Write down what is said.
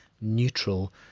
neutral